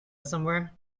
somewhere